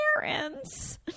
parents